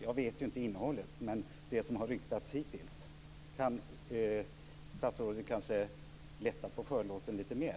Jag känner ju inte till innehållet, men jag vet vad som har ryktats hittills. Kan statsrådet kanske lätta på förlåten lite mer?